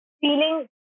feeling